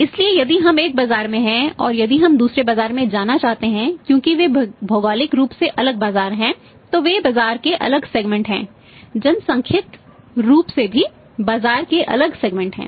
इसलिए यदि हम एक बाजार में हैं और यदि हम दूसरे बाजार में जाना चाहते हैं क्योंकि वे भौगोलिक रूप से अलग बाजार हैं तो वे बाजार के अलग सेगमेंट हैं